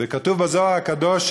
וכתוב בזוהר הקדוש,